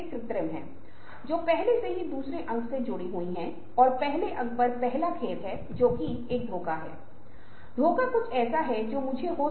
यहां तक कि अगर कुछ नष्ट हो जाता है या भले ही कोई गंभीर जीवन की घटना हो